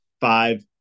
Five